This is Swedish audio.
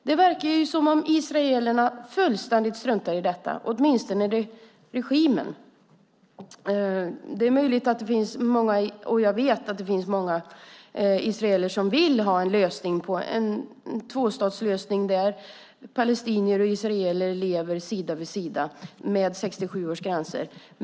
Det verkar som om israelerna fullständigt struntar i detta, åtminstone regimen. Jag vet att det finns många israeler som vill ha en tvåstatslösning där palestinier och israeler lever sida vid sida enligt 1967 års gränser.